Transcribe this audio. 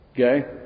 Okay